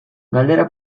galdera